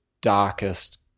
darkest